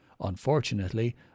Unfortunately